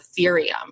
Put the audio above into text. Ethereum